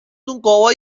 گاوا